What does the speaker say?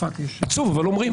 עצוב, אבל אומרים.